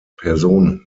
personen